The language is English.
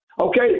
Okay